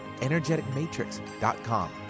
energeticmatrix.com